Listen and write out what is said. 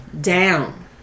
down